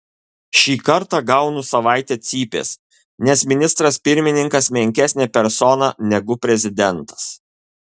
šį kartą gaunu savaitę cypės nes ministras pirmininkas menkesnė persona negu prezidentas